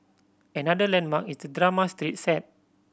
another landmark is the drama street set